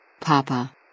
Papa